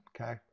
okay